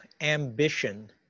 ambition